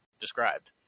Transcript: described